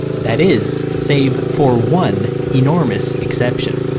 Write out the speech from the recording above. that is, save for one enormous exception.